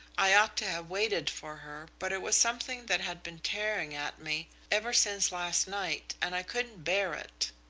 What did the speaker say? i ought to have waited for her, but it was something that had been tearing at me ever since last night, and i couldn't bear it.